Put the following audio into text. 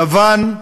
לבן,